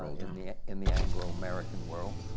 in the in the anglo-american world.